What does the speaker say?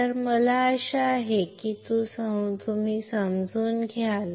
तर मला आशा आहे की तुम्ही समजून घ्याल